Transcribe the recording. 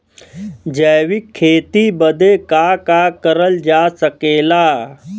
जैविक खेती बदे का का करल जा सकेला?